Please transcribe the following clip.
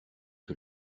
que